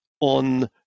on